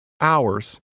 hours